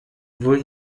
wohl